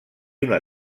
una